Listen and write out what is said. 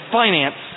finance